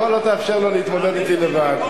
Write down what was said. אבל למה לא תאפשר לו להתמודד אתי לבד?